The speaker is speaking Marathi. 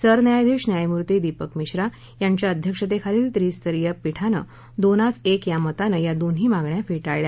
सरन्यायाधीश न्यायमूर्ती दीपक मिश्रा यांच्या अध्यक्षतेखालील त्रिसदस्यीय पीठाने दोनास एक या मताने या दोन्ही मागण्या फेटाळल्या